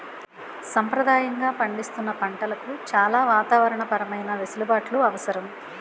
సంప్రదాయంగా పండిస్తున్న పంటలకు చాలా వాతావరణ పరమైన వెసులుబాట్లు అవసరం